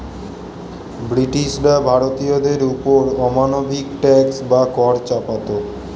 ব্রিটিশরা ভারতীয়দের ওপর অমানবিক ট্যাক্স বা কর চাপাতো